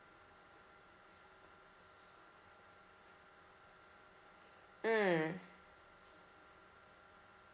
mm